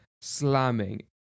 slamming